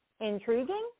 Intriguing